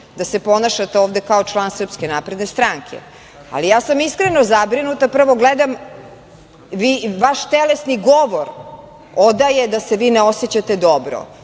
da se ponašate ovde kao član SNS, ali ja sam iskreno zabrinuta. Prvo, gledam vaš telesni govor odaje da se vi ne osećate dobro,